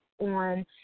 on